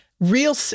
real